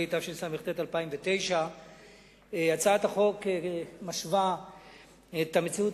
התשס"ט 2009. הצעת החוק משווה את המציאות,